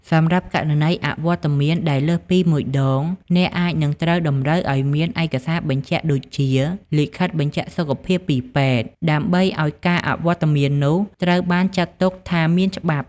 សម្រាប់ករណីអវត្តមានដែលលើសពី ១ ដង អ្នកអាចនឹងត្រូវតម្រូវឱ្យមាន ឯកសារបញ្ជាក់ ដូចជា លិខិតបញ្ជាក់សុខភាពពីពេទ្យ ដើម្បីឱ្យការអវត្តមាននោះត្រូវបានចាត់ទុកថាមានច្បាប់។